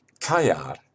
Kayar